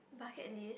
bucket list